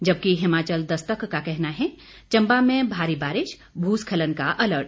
जबकि हिमाचल दस्तक का कहना है चम्बा में भारी बारिश भूस्खलन का अलर्ट